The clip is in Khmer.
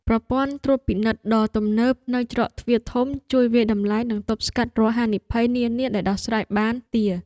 ប្រព័ន្ធត្រួតពិនិត្យដ៏ទំនើបនៅច្រកទ្វារធំជួយវាយតម្លៃនិងទប់ស្កាត់រាល់ហានិភ័យនានាដែលដោះស្រាយបាន។